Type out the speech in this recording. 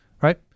right